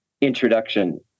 introduction